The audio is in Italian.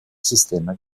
sistema